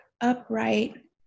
upright